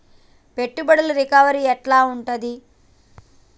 పెట్టుబడుల రికవరీ ఎట్ల ఉంటది?